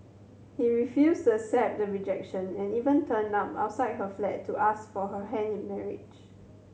he refused accept the rejection and even turned up outside her flat to ask for her hand in marriage